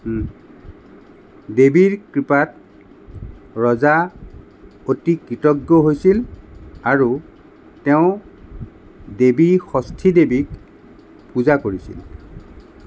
দেৱীৰ কৃপাত ৰজা অতি কৃতজ্ঞ হৈছিল আৰু তেওঁ দেৱী ষষ্ঠী দেৱীক পূজা কৰিছিল